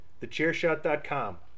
TheChairShot.com